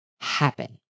happen